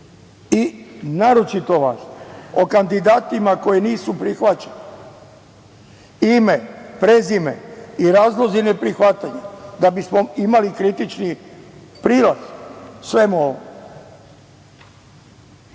i naročito važno, o kandidatima koji nisu prihvaćeni, ime, prezime i razlozi neprihvatanja da bismo imali kritičniji prilaz svemu